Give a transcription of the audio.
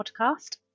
podcast